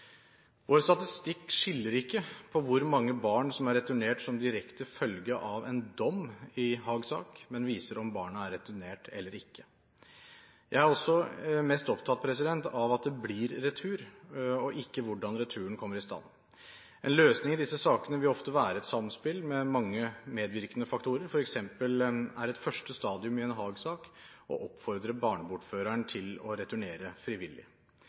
Vår statistikk skiller ikke på hvor mange barn som er returnert som direkte følge av en dom i Haag-sak, men viser om barnet er returnert eller ikke. Jeg er mest opptatt av at det blir retur, og ikke hvordan returen kommer i stand. En løsning i disse sakene vil ofte være et samspill med mange medvirkende faktorer, f.eks. er et første stadium i en Haag-sak å oppfordre barnebortføreren til å returnere frivillig.